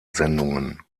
sendungen